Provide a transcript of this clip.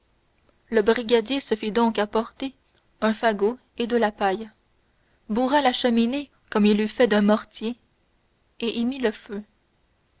le brigadier se fit donc apporter un fagot et de la paille bourra la cheminée comme il eût fait d'un mortier et y mit le feu